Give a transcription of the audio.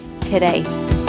today